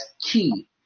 key